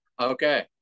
Okay